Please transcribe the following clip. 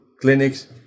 clinics